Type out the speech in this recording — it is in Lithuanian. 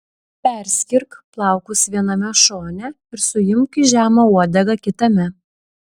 perskirk plaukus viename šone ir suimk į žemą uodegą kitame